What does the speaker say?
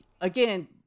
again